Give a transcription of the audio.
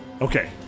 Okay